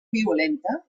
violenta